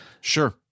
Sure